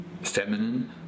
feminine